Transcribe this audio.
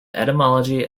etymology